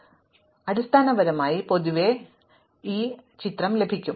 അതിനാൽ അടിസ്ഥാനപരമായി പൊതുവെ എനിക്ക് ഈ ചിത്രം ലഭിക്കും